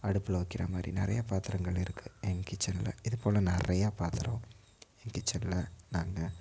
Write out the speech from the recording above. அடுப்பில் வைக்கிற மாதிரி நிறையா பாத்திரங்கள் இருக்குது எங்கள் கிட்சனில் இதுப்போல் நிறையா பாத்திரம் எங்கள் கிட்சனில் நாங்கள்